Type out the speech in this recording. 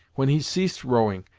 when he ceased rowing,